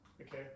Okay